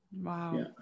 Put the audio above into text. Wow